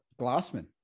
Glassman